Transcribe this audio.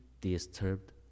disturbed